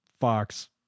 Fox